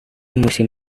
musim